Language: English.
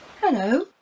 Hello